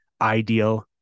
ideal